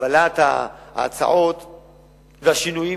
וקבלת ההצעות והשינויים